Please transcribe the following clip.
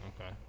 Okay